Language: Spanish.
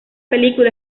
película